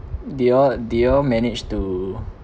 did you all did you all manage to